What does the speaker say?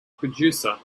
producer